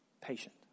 patient